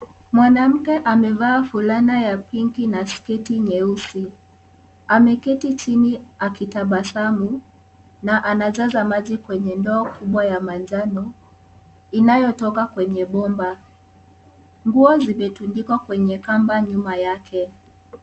Mwanamke amevaa fulana ya pink na sketi nyeusi, ameketi chini akitabasamu na anajaza maji kwenye ndoo kubwa ya manjano inayotoka kwenye bomba, nguo zimetundikwa kwenye kamba nyuma yake.